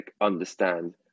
understand